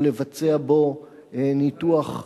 או לבצע בו ניתוח המשכי.